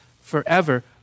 forever